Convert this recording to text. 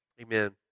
Amen